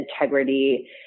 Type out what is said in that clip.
integrity